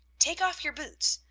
take off your boots,